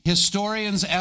Historians